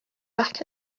back